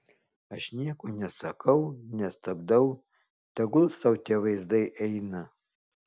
aš nieko nesakau nestabdau tegul sau tie vaizdai eina